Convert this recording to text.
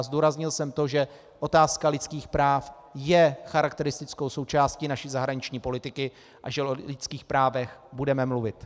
Zdůraznil jsem to, že otázka lidských práv je charakteristickou součástí naší zahraniční politiky a že o lidských právech budeme mluvit.